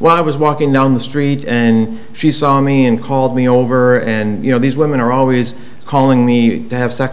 when i was walking down the street and she saw me and called me over and you know these women are always calling me to have sex